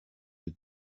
you